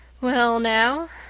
well now,